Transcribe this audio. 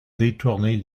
détourner